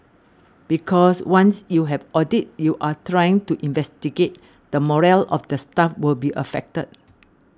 because once you have audit you are trying to investigate the morale of the staff will be affected